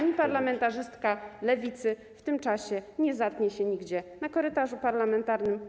ani parlamentarzystka Lewicy w tym czasie nie zatnie się nigdzie na korytarzu parlamentarnym.